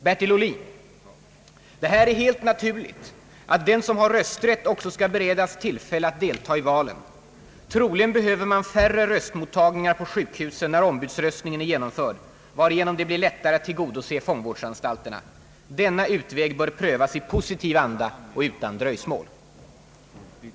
Bertil Ohlin: »Det är helt naturligt att den som har rösträtt också skall beredas tillfälle att delta i valen.» Troligen behöver man »färre röstmottagningar på sjukhusen när ombudsröstningen är genomförd, varigenom det blir lättare att tillgodose fångvårdsanstalterna. Denna utväg bör prövas i positiv anda och utan dröjsmål».